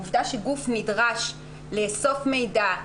העובדה שגוף נדרש לאסוף מידע,